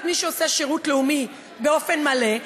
את מי שעושה שירות לאומי באופן מלא,